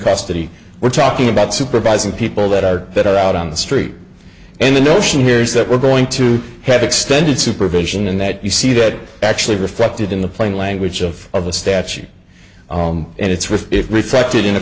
custody we're talking about supervising people that are that are out on the street and the notion here is that we're going to have extended supervision and that you see that actually reflected in the plain language of the statute and it's worth it reflected in a